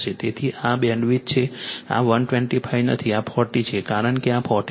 તેથી આ બેન્ડવિડ્થ છે આ 125 નથી આ 40 છે કારણ કે આ 40 છે